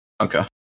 Okay